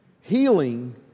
Healing